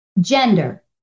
gender